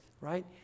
right